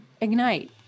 Ignite